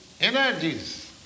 energies